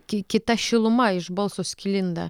kita šiluma iš balso sklinda